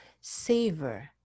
savor